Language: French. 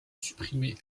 supprimer